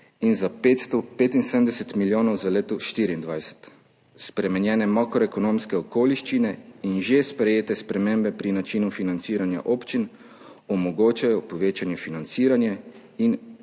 in za 575 milijonov za leto 2024. Spremenjene makroekonomske okoliščine in že sprejete spremembe pri načinu financiranja občin omogočajo povečanje financiranja in